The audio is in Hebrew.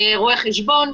רואה חשבון,